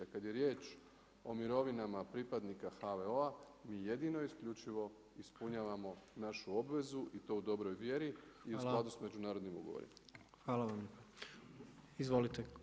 A kada je riječ o mirovinama pripadnika HVO-a, mi jedino, isključivo ispunjavamo našu obvezu i to u dobroj vjeri i u skladu s međunarodnim ugovorima.